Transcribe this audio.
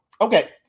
okay